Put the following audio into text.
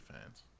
fans